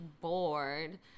bored